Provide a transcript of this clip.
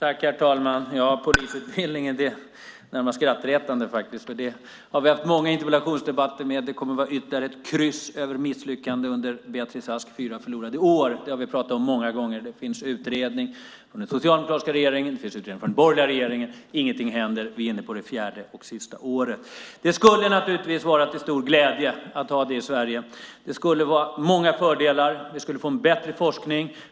Herr talman! Frågan om polisutbildningen är närmast skrattretande. Den har vi haft många interpellationsdebatter om, och den kommer att få ytterligare ett kryss på listan över misslyckanden under Beatrice Asks fyra förlorade år. Vi har pratat om den här frågan många gånger. Det finns en utredning från den socialdemokratiska regeringen, och det finns en utredning från den borgerliga regeringen. Ingenting händer. Vi är inne på det fjärde och sista året av mandatperioden. Det skulle naturligtvis vara till stor glädje att ha det i Sverige. Det skulle vara många fördelar med det. Vi skulle få en bättre forskning.